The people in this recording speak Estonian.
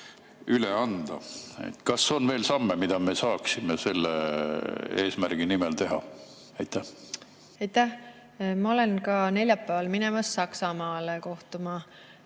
üle anda? Kas on veel samme, mida me saaksime selle eesmärgi nimel teha? Aitäh! Ma lähen neljapäeval Saksamaale kohtuma